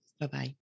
Bye-bye